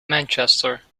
manchester